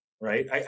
right